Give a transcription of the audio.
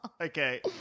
Okay